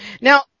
Now